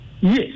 Yes